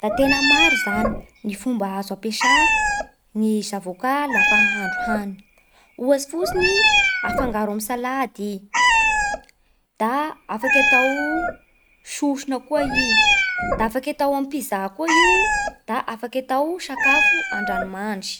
Da tena maro zany ny fomba azo ampiasà ny zavôkà lafa ahandro hany. Ohatsy fotsiny afangaro amin'ny salady i. Da afaky atao sosona koa i. Da afaky atao amin'ny pizza koa io. Da afaky atao sakafo an-drano mandry.